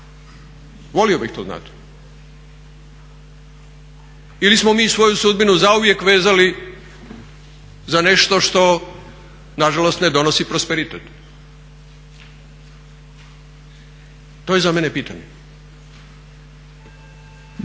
volio bih to znati ili smo mi svoju sudbinu zauvijek vezali za nešto što nažalost ne donosi prosperitet. To je za mene pitanje.